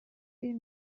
bir